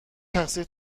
تقصیر